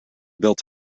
built